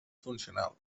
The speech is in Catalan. funcional